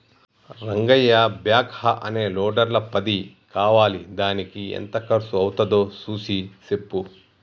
Rangayya backhoe అనే లోడర్ల పది కావాలిదానికి ఎంత కర్సు అవ్వుతాదో సూసి సెప్పు